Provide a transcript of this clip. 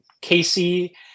Casey